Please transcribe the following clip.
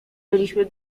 byliśmy